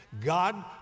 God